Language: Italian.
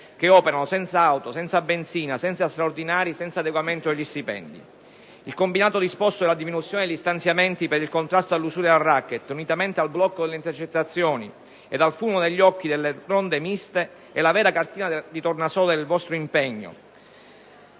che operano senza auto, senza benzina, senza straordinari e senza adeguamento degli stipendi. Il combinato disposto della diminuzione degli stanziamenti per il contrasto all'usura e al racket, unitamente al blocco delle intercettazioni e al fumo negli occhi delle ronde miste, è la vera cartina di tornasole del vostro impegno,